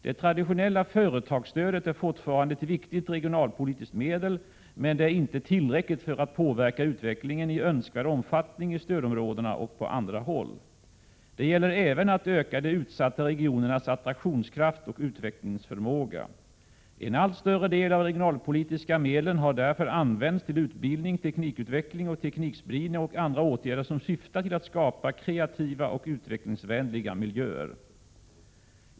Det traditionella företagsstödet är fortfarande ett viktigt regionalpolitiskt medel, men det är inte tillräckligt för att påverka utvecklingen i önskvärd omfattning i stödområdena och på andra håll. Det gäller även att öka de utsatta regionernas attraktionskraft och utvecklingsförmåga. En allt större andel av de regionalpolitiska medlen har därför använts till utbildning, teknikutveckling och teknikspridning och andra åtgärder som syftar till att skapa kreativa och utvecklingsvänliga miljöer.